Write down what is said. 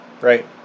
right